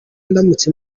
ndamutse